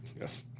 Yes